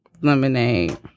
Lemonade